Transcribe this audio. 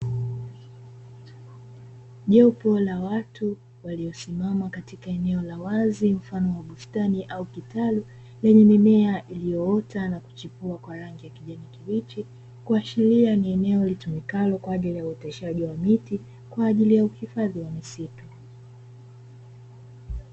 Jopo la watu waliosimama katika eneo la wazi mfano wa bustani au kitalu, lenye mimea iliyoota na kuchipua kwa rangi ya kijani kibichi, kuashiria ni eneo litumikalo kwa ajili ya uoteshaji wa miti kwa ajili ya uhifadhi wa misitu.